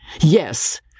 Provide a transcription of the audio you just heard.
Yes